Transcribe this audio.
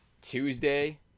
Tuesday